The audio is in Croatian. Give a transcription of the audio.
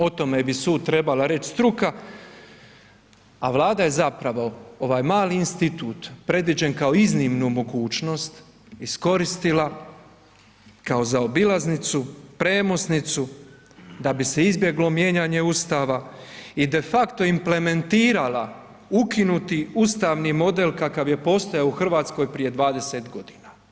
O tome bi ... trebala reć struka a Vlada je zapravo ovaj mali institut predviđen kao iznimnu mogućnost, iskoristila kao zaobilaznicu, premosnicu da bi se izbjeglo mijenjanje Ustava i de facto implementirala ukinuti ustavni model kakav je postojao u Hrvatskoj prije 20 godina.